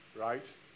right